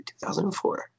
2004